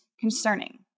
concerning